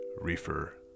Reefer